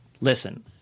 listen